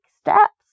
steps